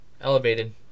elevated